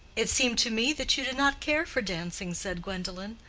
it seemed to me that you did not care for dancing, said gwendolen.